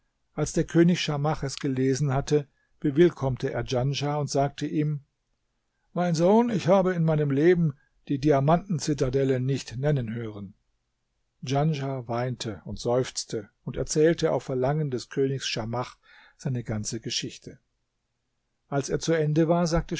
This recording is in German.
als der könig schamach es gelesen hatte bewillkommte er djanschah und sagte ihm mein sohn ich habe in meinem leben die diamanten zitadelle nicht nennen hören djanschah weinte und seufzte und erzählte auf verlangen des königs schamach seine ganze geschichte als er zu ende war sagte